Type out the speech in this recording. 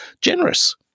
generous